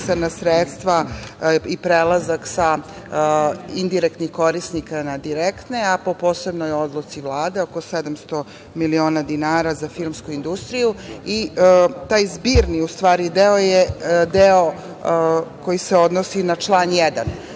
i prelazak sa indirektnih korisnika na direktne, a po posebnoj odluci Vlade, oko 700 miliona dinara za filmsku industriju i taj zbirni, u stvari, deo je koji se odnosi na član